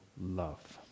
love